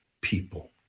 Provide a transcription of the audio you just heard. people